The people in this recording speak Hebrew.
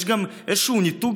יש גם איזשהו ניתוק